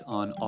on